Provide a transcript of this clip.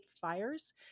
fires